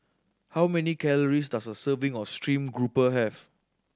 how many calories does a serving of stream grouper have